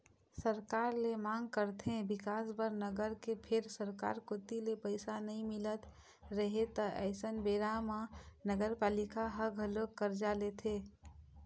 सरकार ले मांग करथे बिकास बर नगर के फेर सरकार कोती ले पइसा नइ मिलत रहय त अइसन बेरा म नगरपालिका ह घलोक करजा लेथे